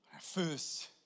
first